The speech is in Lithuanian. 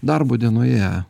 darbo dienoje